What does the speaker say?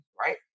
right